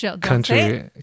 country